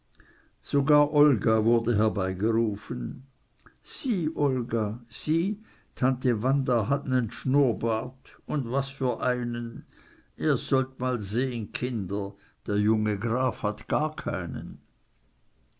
sogar olga wurde herbeigerufen sieh olga sieh tante wanda hat nen schnurrbart und was für einen ihr sollt mal sehn kinder der junge graf hat gar keinen